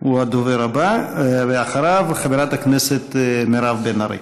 שהוא הדובר הבא, ואחריו, חברת הכנסת מירב בן ארי.